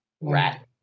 rat